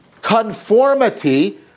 conformity